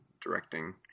directing